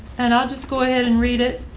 and i'll just go ahead and read it.